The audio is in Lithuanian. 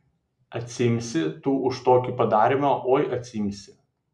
atsiimsi tu už tokį padarymą oi atsiimsi